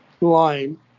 line